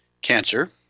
cancer